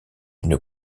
une